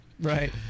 Right